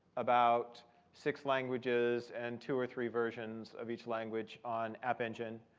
about six languages and two or three versions of each language on app engine.